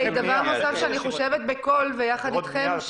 ודבר נוסף שאני חושבת בקול ויחד איתכם,